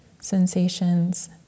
sensations